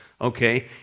Okay